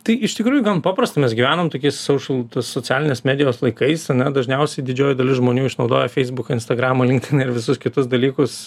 tai iš tikrųjų gan paprasta mes gyvenam tokiais soušal socialinės medijos laikais ane dažniausiai didžioji dalis žmonių išnaudoja feisbuką instagramą linktiną ir visus kitus dalykus